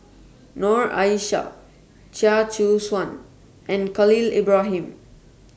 Noor Aishah Chia Choo Suan and Khalil Ibrahim